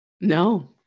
no